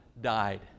died